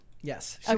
Yes